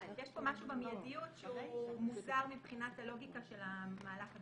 יש פה משהו במיידיות שהוא מוזר מבחינת הלוגיקה של מהלך הדברים.